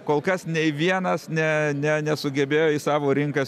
kol kas nei vienas ne ne nesugebėjo į savo rinkas